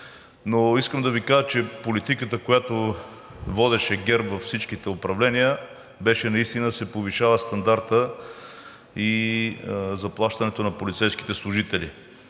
Но искам да Ви кажа, че политиката, която водеше ГЕРБ във всичките управления, беше наистина да се повишава стандартът и заплащането на полицейските служители.